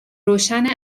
روشن